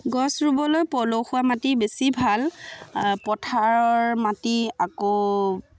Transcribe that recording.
গছ ৰুবলৈ পলসুৱা মাটি বেছি ভাল পথাৰৰ মাটি আকৌ